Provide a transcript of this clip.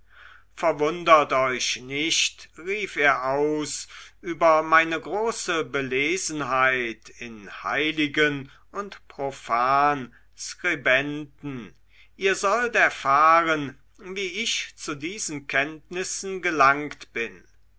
verwundert euch nicht rief er aus über meine große belesenheit in heiligen und profan skribenten ihr sollt erfahren wie ich zu diesen kenntnissen gelangt bin